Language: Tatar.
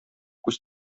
күз